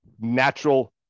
natural